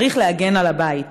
צריך להגן על הבית.